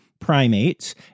Primates